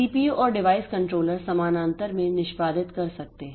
CPU और device controller समानांतर में निष्पादित कर सकते हैं